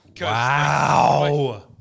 Wow